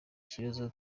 kibazo